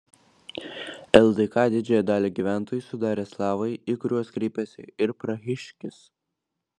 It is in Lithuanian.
ldk didžiąją dalį gyventojų sudarė slavai į kuriuos kreipėsi ir prahiškis